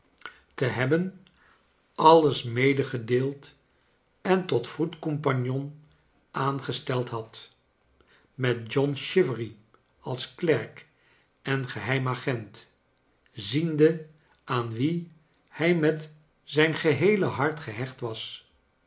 te chaples dickens hebben alles medegedeeld en tot wroet compagnon aangesteld had met john chivery als klerk en geheim agent ziende aan wien hij met zijn geheele hart gehecht was